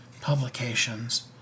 publications